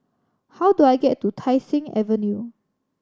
how do I get to Tai Seng Avenue